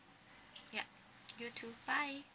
yeah you too bye